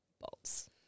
Bolts